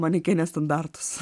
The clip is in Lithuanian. manekenės standartus